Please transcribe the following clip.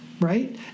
Right